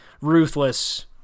ruthless